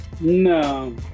No